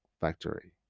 factory